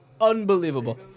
Unbelievable